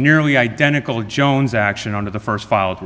nearly identical jones action under the st filed